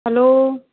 hello